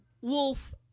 Wolf